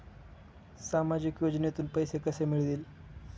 सामाजिक योजनेतून पैसे कसे मिळतील?